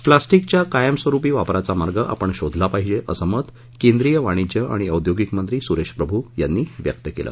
प्लॉस्टिकच्या कायमस्वरुपी वापराचा मार्ग आपण शोधला पाहिजे असं मत केंद्रीय वाणिज्य आणि औद्योगिक मंत्री सुरेश प्रभू व्यक्त केले